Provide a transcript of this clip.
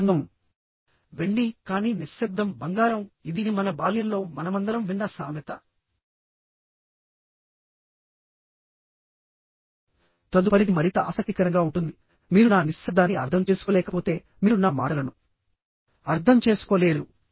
ప్రసంగం వెండి కానీ నిశ్శబ్దం బంగారం ఇది మన బాల్యంలో మనమందరం విన్న సామెత తదుపరిది మరింత ఆసక్తికరంగా ఉంటుంది మీరు నా నిశ్శబ్దాన్ని అర్థం చేసుకోలేకపోతే మీరు నా మాటలను అర్థం చేసుకోలేరు